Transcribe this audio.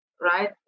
right